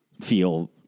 feel